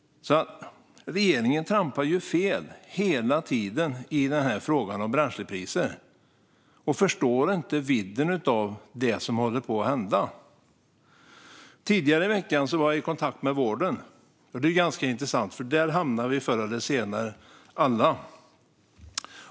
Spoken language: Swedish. Regeringen trampar hela tiden fel i frågan om bränslepriser och förstår inte vidden av vad som håller på att hända. Tidigare i veckan var jag i kontakt med vården. Det är intressant, för där hamnar vi alla förr eller senare.